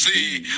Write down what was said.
see